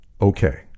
okay